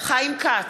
חיים כץ,